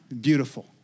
beautiful